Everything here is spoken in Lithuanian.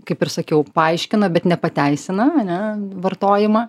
kaip ir sakiau paaiškina bet nepateisina ane vartojimą